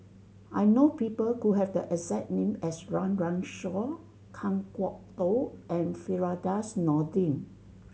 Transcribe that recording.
I know people who have the exact name as Run Run Shaw Kan Kwok Toh and Firdaus Nordin